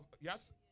yes